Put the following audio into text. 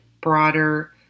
broader